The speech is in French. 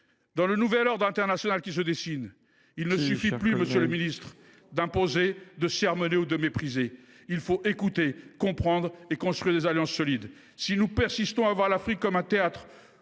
Dans le nouvel ordre international qui se dessine, il ne suffit plus, monsieur le ministre, d’imposer, de sermonner ou de mépriser. Il faut écouter, comprendre et construire des alliances solides. Concluez ! Si nous persistons à voir l’Afrique comme un théâtre